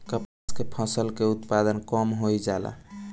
कपास के फसल के उत्पादन कम होइ जाला?